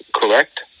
correct